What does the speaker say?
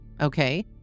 Okay